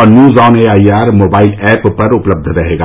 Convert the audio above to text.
और news on A I R mobile app पर उपलब्ध रहेगा